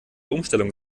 umstellung